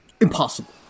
impossible